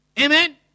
Amen